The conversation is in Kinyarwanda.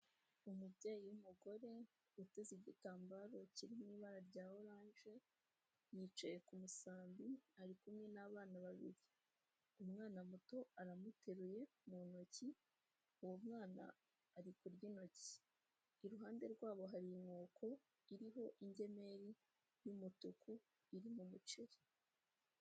Umubyeyi w'umugore yateze igitambaro kirimo ibara rya oranje, yicaye ku musambi ari kumwe n'abana babiri, umwana muto aramuteruye mu ntoki, uwo mwana ari kurya intoki, iruhande rwabo hari inkoko iriho ingemeri y'umutuku iri mu muceri.